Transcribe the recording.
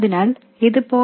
അതിനാൽ ഇത് 0